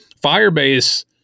Firebase